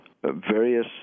various